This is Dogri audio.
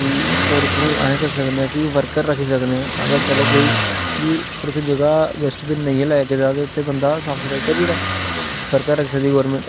कि और उप्परूं अस करी सकने कि बर्कर रक्खी सकने अगर चलो कोई थोह्ड़ी थोह्ड़ी जगह डस्टविन नेईं लाए दा ते उत्थे बंदा साफ सफाई करी ओड़े बर्कर रक्खी सकदी गवर्नमेंट